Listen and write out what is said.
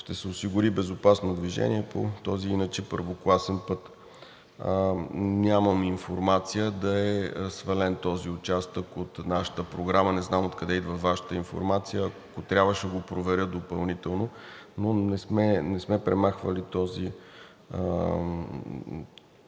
Ще се осигури безопасно движение по този иначе първокласен път. Нямам информация да е свален този участък от нашата програма, не знам откъде идва Вашата информация, ако трябва, ще го проверя допълнително, но не сме премахвали този участък